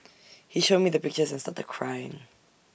he showed me the pictures and started crying